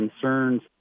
concerns